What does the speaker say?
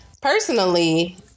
personally